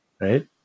right